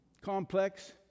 Complex